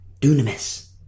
Dunamis